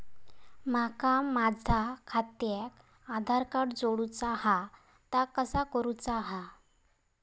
माका माझा खात्याक आधार कार्ड जोडूचा हा ता कसा करुचा हा?